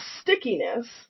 stickiness